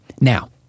Now